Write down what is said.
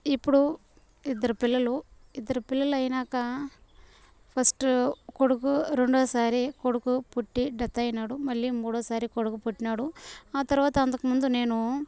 ఇప్పుడు ఇద్దరు పిల్లలు ఇద్దరు పిల్లలు అయినాక ఫస్ట్ కొడుకు రెండోసారి కొడుకు పుట్టి డెత్ అయినాడు మళ్ళీ మూడోసారి కొడుకు పుట్టినాడు ఆ తర్వాత అంతకుముందు నేనూ